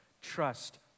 Trust